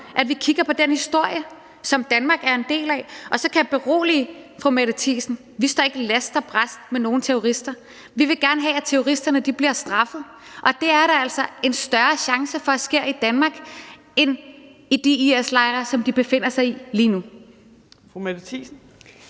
at vi kigger på den historie, som Danmark er en del af. Så kan jeg berolige fru Mette Thiesen med, at vi ikke står last og brast med nogen terrorister. Vi vil gerne have, at terroristerne bliver straffet, og det er der altså en større chance for sker i Danmark end i de IS-lejre, som de befinder sig i lige nu.